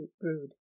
brewed